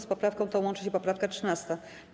Z poprawką tą łączy się poprawka 13.